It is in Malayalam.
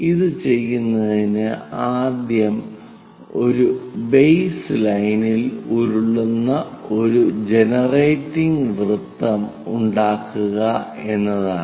അത് ചെയ്യുന്നതിന് ആദ്യം ഒരു ബേസ് ലൈനിൽ ഉരുളുന്ന ഒരു ജനറേറ്റിംഗ് വൃത്തം ഉണ്ടാക്കുക എന്നതാണ്